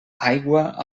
aigua